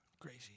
Crazy